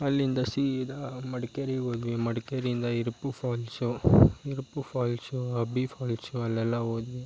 ಅಲ್ಲಿಂದ ಸೀದಾ ಮಡ್ಕೇರಿಗೆ ಹೋದ್ವಿ ಮಡಿಕೇರಿಯಿಂದ Iruppu falls Iruppu falls Abbi falls ಅಲ್ಲೆಲ್ಲ ಹೋದ್ವಿ